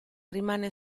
rimane